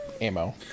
ammo